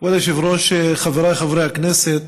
כבוד היושב-ראש, חבריי חברי הכנסת,